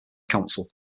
council